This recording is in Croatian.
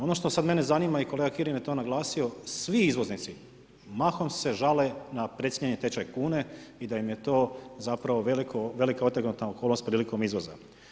Ono što sad mene zanima i kolega Kirin je to naglasio, svi izvoznici mahom se žale na precijenjeni tečaj kune i da im je to zapravo velika otegnuta okolnost prilikom izvoza.